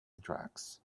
tracks